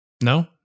No